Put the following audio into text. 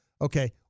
Okay